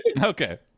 Okay